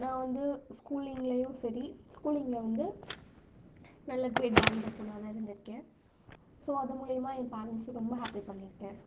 நான் வந்து ஸ்கூலிங்லேயும் சரி ஸ்கூலிங்கில் வந்து நல்ல கிரேட் வாங்கிற பெண்ணா தான் இருந்திருக்கேன் ஸோ அது முலிமா என் பேரண்ட்ஸு ரொம்ப ஹேப்பி பண்ணியிருக்கேன்